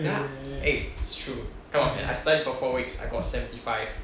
then 他 eh it's true 不要忘 leh I spent for four weeks I got seventy five